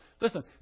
Listen